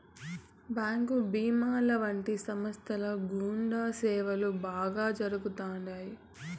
bank భీమా వంటి సంస్థల గుండా సేవలు బాగా జరుగుతాయి